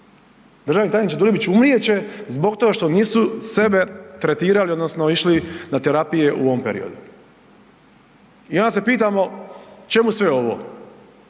državni tajniče Dujmiću umrijet će zbog toga što nisu sebe tretirali odnosno išli na terapije u ovom periodu. I onda se pitamo čemu sve ovo?